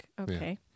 Okay